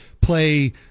play